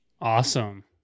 Awesome